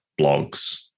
blogs